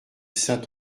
saint